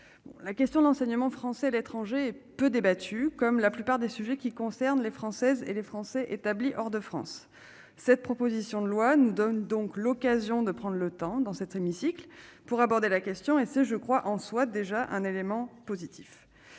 la question de l'enseignement français à l'étranger, peu débattu, comme la plupart des sujets qui concernent les Françaises et les Français établis hors de France, cette proposition de loi nous donne donc l'occasion de prendre le temps, dans cet hémicycle pour aborder la question, est ce je crois en soi déjà un élément positif